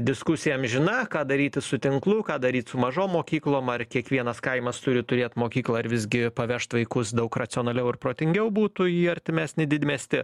diskusija amžina ką daryti su tinklu ką daryt su mažom mokyklom ar kiekvienas kaimas turi turėt mokyklą ar visgi pavežt vaikus daug racionaliau ir protingiau būtų į artimesnį didmiestį